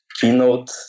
Keynote